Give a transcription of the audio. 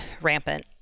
rampant